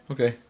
Okay